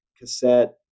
cassette